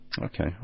Okay